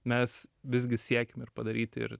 mes visgi siekiam ir padaryti ir